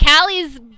Callie's